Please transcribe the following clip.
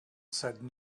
said